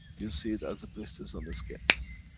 you see it as blisters on the skin.